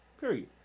period